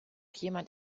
jemand